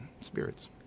spirits